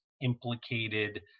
implicated